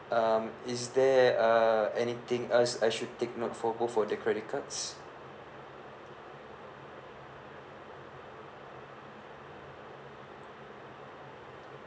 um is there uh anything else I should take note for both of the credit cards